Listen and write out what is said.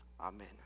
Amen